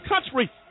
country